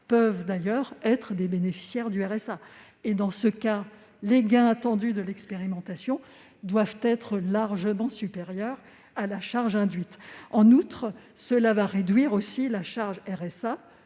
peuvent d'ailleurs être des bénéficiaires du RSA. Dans ce cas, les gains attendus de l'expérimentation doivent être largement supérieurs à la charge induite, le coût lié au RSA